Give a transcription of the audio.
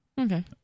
Okay